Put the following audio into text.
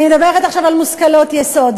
אני מדברת עכשיו על מושכלות יסוד,